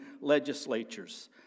legislatures